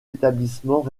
établissements